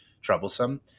troublesome